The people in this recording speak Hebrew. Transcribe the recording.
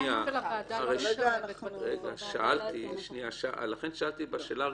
לכן שאלתי בשאלה הראשונה,